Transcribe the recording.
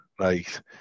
right